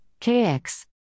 KX